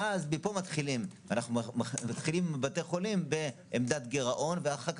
ואז מפה אנחנו מתחילים בבתי החולים בעמדת גירעון ואחר כך